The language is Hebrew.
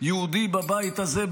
יהודי בבית הזה,